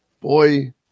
boy